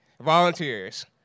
volunteers